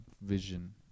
Vision